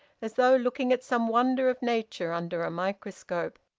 as though looking at some wonder of nature under a microscope.